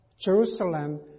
Jerusalem